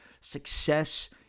success